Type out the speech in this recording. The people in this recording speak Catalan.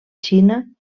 xina